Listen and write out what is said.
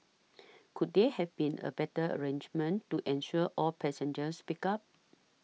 couldn't there have been a better arrangement to ensure all passengers picked up